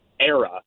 era